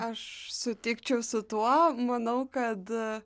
aš sutikčiau su tuo manau kad